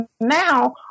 now